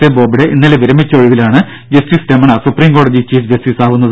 A Bobde ഇന്നലെ വിരമിച്ച ഒഴിവിലാണ് ജസ്റ്റിസ് രമണ സുപ്രീംകോടതി ചീഫ് ജസ്റ്റിസാവുന്നത്